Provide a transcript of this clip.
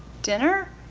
dinner?